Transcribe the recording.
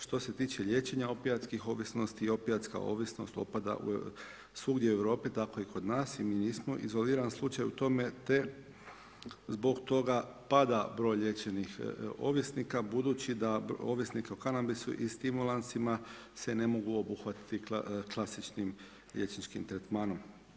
Što se tiče liječenja opijatskih ovisnosti, opijatska ovisnost opada svugdje u Europi, tako i kod nas i mi nismo izolirani slučaj u tome te zbog toga pada broj liječenih ovisnika, budući da ovisnika o kanabisu i stimulansima se ne mogu obuhvatiti klasičnim liječničkim tretmanom.